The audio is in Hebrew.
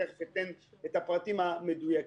ותיכף אתן את הפרטים המדויקים,